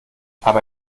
aber